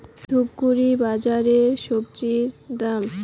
ধূপগুড়ি বাজারের স্বজি দাম?